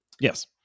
Yes